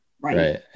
right